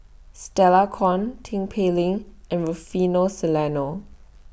Stella Kon Tin Pei Ling and Rufino Soliano